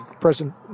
President